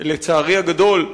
לצערי הגדול,